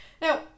now